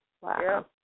Wow